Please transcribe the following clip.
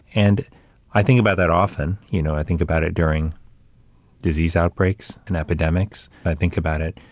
and i think about that often, you know, i think about it during disease outbreaks and epidemics. i think about it,